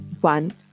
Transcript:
One